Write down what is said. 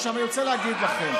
עכשיו, אני רוצה להגיד לכם,